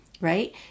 right